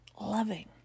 loving